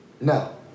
No